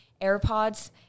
AirPods